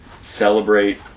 celebrate